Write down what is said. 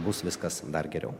bus viskas dar geriau